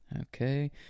okay